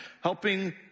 helping